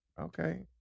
Okay